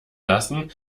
lassen